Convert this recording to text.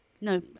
No